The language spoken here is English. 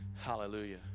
Hallelujah